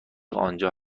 آنجا